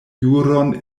juron